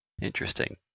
Interesting